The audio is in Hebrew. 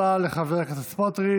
תודה רבה לחבר הכנסת סמוטריץ'.